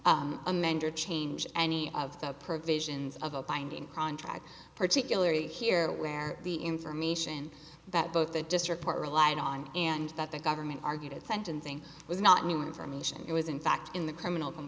amend or change any of the provisions of a binding contract particularly here where the information that both the district court relied on and that the government argued at sentencing was not mean for mission it was in fact in the criminal